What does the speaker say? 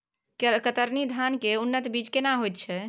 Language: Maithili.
कतरनी धान के उन्नत बीज केना होयत छै?